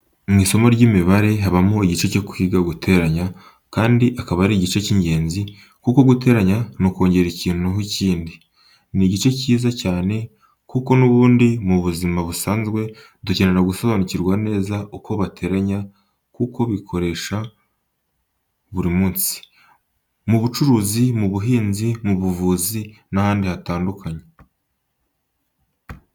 Mu isomo ry'lmibare habamo igice cyo kwiga guteranya kandi akaba ari igice cy'ingenzi kuko guteranya ni ukongera ikintu ho ikindi. Ni igice cyiza cyane kuko n'ubundi mu buzima busanzwe dukenera gusobanukirwa neza uko bateranya kuko bikoresha buri munsi. Mu bucuruzi, mu buhinzi, mu buvuzi n'ahandi hatandukanye.